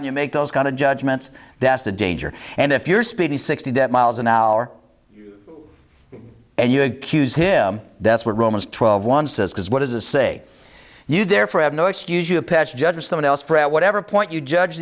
god you make those kind of judgments that's the danger and if you're speeding sixty miles an hour and you accuse him that's what romans twelve one says because what is a say you therefore have no excuse you a patch judge or someone else for at whatever point you judge